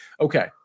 Okay